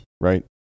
right